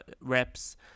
reps